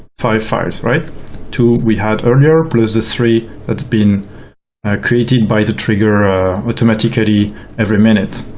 five files. two we had earlier, plus the three that been created by the trigger automatically every minute.